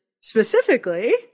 Specifically